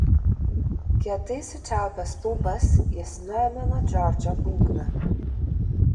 kietai sučiaupęs lūpas jis nuėmė nuo džordžo būgną